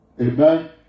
Amen